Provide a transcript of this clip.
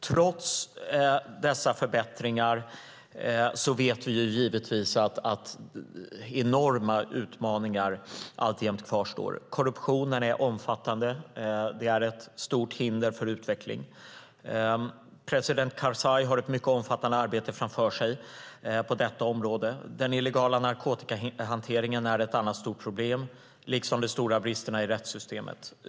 Trots dessa förbättringar vet vi givetvis att enorma utmaningar alltjämt kvarstår. Korruptionen är omfattande. Det är ett stort hinder för utveckling. President Karzai har ett mycket omfattande arbete framför sig på detta område. Den illegala narkotikahanteringen är ett annat stort problem, liksom de stora bristerna i rättssystemet.